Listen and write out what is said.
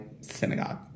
synagogue